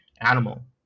animal